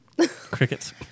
Crickets